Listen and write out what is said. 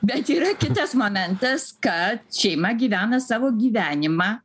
bet yra kitas momentas kad šeima gyvena savo gyvenimą